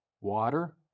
water